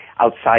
outside